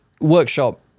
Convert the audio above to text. Workshop